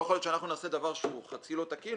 לא יכול להיות שאנחנו נעשה דבר שהוא חצי לא תקין